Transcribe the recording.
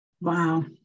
Wow